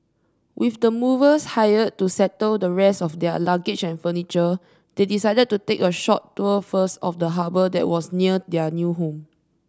with the movers hired to settle the rest of their luggage and furniture they decided to take a short tour first of the harbour that was near their new home